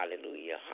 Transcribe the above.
hallelujah